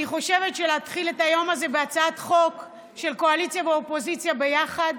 אני חושבת שלהתחיל את היום הזה בהצעת חוק של קואליציה ואופוזיציה ביחד